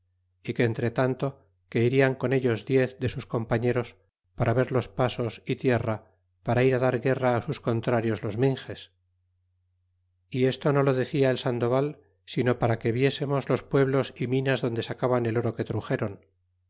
y que entre tanto que irian con ellos diez de sus compañeros para ver los pasos y tierra para irá dar guerra á sus contrarios los minxes y esto no lo decia el sandoval sino para que viésemos los pueblos y minas donde sacaban el oro que truxeron